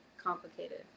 complicated